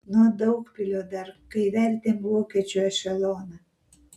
nuo daugpilio dar kai vertėm vokiečių ešeloną